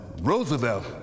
Roosevelt